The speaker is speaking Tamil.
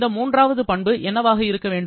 இந்த மூன்றாவது பண்பு என்னவாக இருக்க வேண்டும்